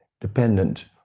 dependent